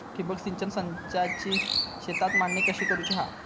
ठिबक सिंचन संचाची शेतात मांडणी कशी करुची हा?